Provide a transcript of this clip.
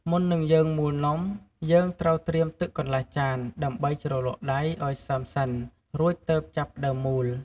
មុននឹងយើងមូលនំ យើងត្រូវត្រៀមទឹកកន្លះចាន ដើម្បីជ្រលក់ដៃឱ្យសើមសិន រួចទើបចាប់ផ្ដើមមូល។